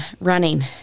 running